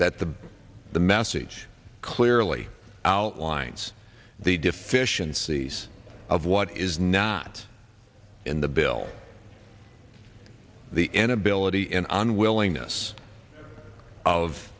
that the the message clearly outlines the deficiencies of what is not in the bill the an ability an unwillingness of